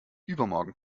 übermorgen